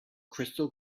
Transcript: crystal